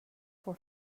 for